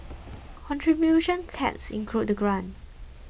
contribution caps include the grant